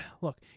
look